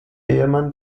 ehemann